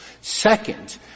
Second